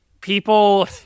people